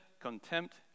contempt